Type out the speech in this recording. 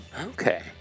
Okay